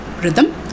rhythm